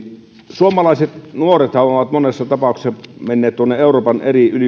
suomalaiset nuorethan ovat monessa tapauksessa menneet tuonne euroopan eri